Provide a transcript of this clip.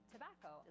Tobacco